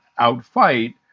outfight